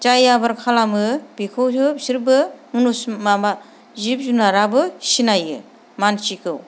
जाय आबोर खालामो बेखौसो बिसोरबो मुनुस माबा जिब जुनाराबो सिनायो मानसिखौ